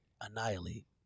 Annihilate